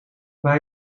bij